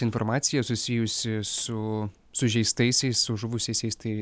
informacija susijusi su sužeistaisiais su žuvusiaisiais tai